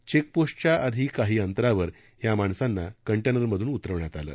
चेकपोस्टच्या आधी काही अंतरावर हया माणसांना कंटेनर मधून उतरविण्यात आलं